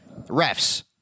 refs